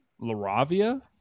Laravia